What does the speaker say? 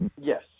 Yes